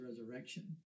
resurrection